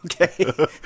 Okay